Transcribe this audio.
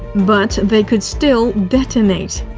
but they could still detonate.